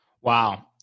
Wow